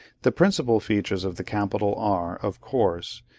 the principal features of the capitol, are, of course,